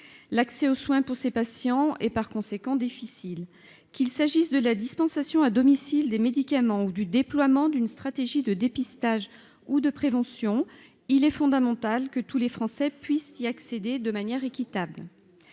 L'accès aux soins leur est donc difficile. Qu'il s'agisse de la dispensation à domicile des médicaments ou du déploiement d'une stratégie de dépistage ou de prévention, il est fondamental que tous les Français puissent y accéder de manière équitable.